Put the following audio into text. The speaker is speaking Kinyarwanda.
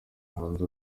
hanze